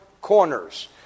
corners